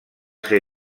ser